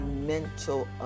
mental